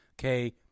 okay